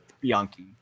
Bianchi